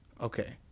Okay